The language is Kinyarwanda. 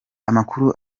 amakuru